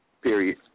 Period